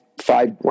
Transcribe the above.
five